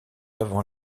avant